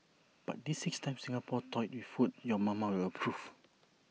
but these six times Singapore toyed with food your mama will approve